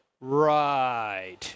right